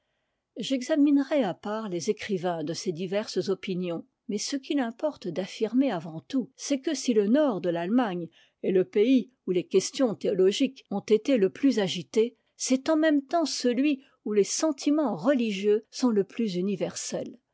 j'examinerai à part les écrivains de ces diverses opinions mais ce qu'it importe d'affirmer avant tout c'est que si le nord de l'allemagne est le pays où les questions théotogiqùes ont été le plus agitées c'est en même temps celui où les sentiments religieux sont le plus universels